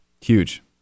Huge